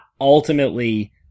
ultimately